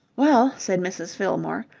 well, said mrs. fillmore,